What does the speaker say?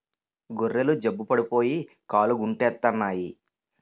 గొర్రెలు జబ్బు పడిపోయి కాలుగుంటెత్తన్నాయి